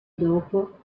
dopo